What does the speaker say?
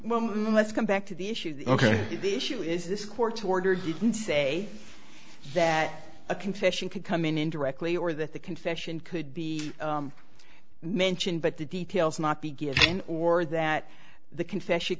mean let's come back to the issue ok the issue is this court order didn't say that a confession could come in indirectly or that the confession could be mentioned but the details not be given or that the confession